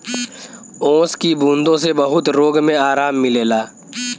ओस की बूँदो से बहुत रोग मे आराम मिलेला